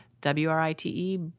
W-r-i-t-e